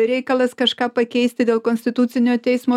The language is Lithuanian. reikalas kažką pakeisti dėl konstitucinio teismo